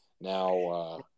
now